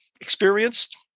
experienced